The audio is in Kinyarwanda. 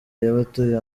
y’abatuye